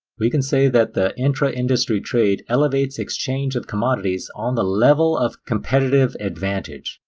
we can say that the intra-industry trade elevates exchange of commodities on the level of competitive advantage,